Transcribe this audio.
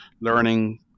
learning